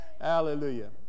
Hallelujah